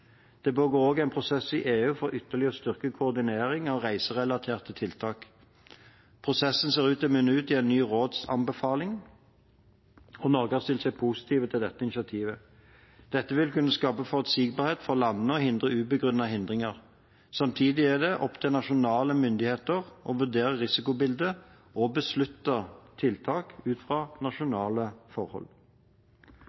Det pågår også en prosess i EU for ytterligere å styrke koordinering av reiserelaterte tiltak. Prosessen ser ut til å munne ut i en ny rådsanbefaling. Norge har stilt seg positiv til dette initiativet. Dette vil kunne skape forutsigbarhet for landene og hindre ubegrunnede hindringer. Samtidig er det opp til nasjonale myndigheter å vurdere risikobildet og beslutte tiltak ut fra